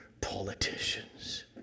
politicians